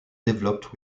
developed